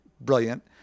Brilliant